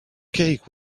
cake